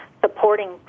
supporting